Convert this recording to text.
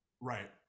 Right